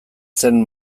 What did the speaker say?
zen